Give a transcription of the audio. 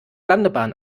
landebahn